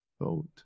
vote